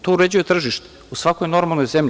To uređuje tržište u svakoj normalnoj zemlji.